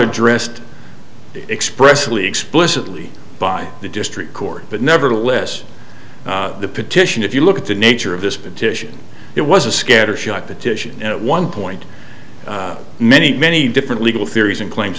addressed expressly explicitly by the district court but nevertheless the petition if you look at the nature of this petition it was a scattershot petition at one point many many different legal theories and claims